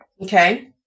Okay